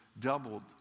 doubled